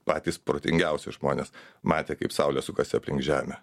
patys protingiausi žmonės matė kaip saulė sukasi aplink žemę